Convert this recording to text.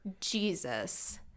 Jesus